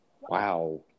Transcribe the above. Wow